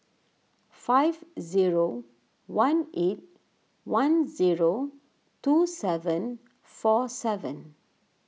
five zero one eight one zero two seven four seven